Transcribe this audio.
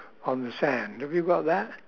on the sand have you got that